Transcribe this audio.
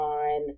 on